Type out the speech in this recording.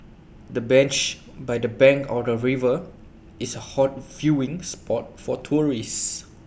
the bench by the bank of the river is A hot viewing spot for tourists